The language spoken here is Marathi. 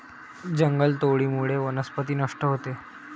जंगलतोडीमुळे वनस्पती नष्ट होते